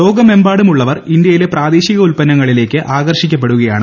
ലോകമെമ്പാടുമുള്ളവർ ഇന്ത്യയിലെ പ്രാദേശിക ഉത്പന്നങ്ങളിലേക്ക് ആകർഷിക്കപ്പെടുകയാണ്